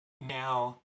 Now